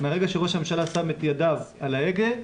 מהרגע שראש הממשלה שם את ידיו על ההגה,